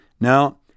Now